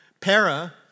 para